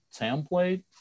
template